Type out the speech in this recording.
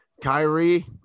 Kyrie